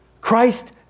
Christ